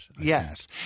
yes